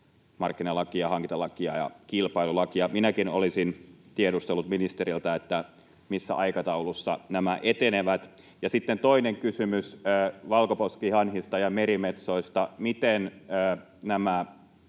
elintarvikemarkkinalakia, hankintalakia ja kilpailulakia. Minäkin olisin tiedustellut ministeriltä, missä aikataulussa nämä etenevät. Sitten toinen kysymys valkoposkihanhista ja merimetsoista: miten